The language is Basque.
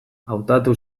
hautatu